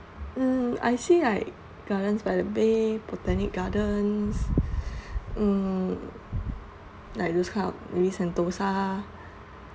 mm I see like Gardens by the Bay Botanic Gardens mm like those kind of maybe Sentosa